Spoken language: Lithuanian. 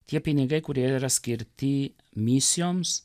tie pinigai kurie yra skirti misijoms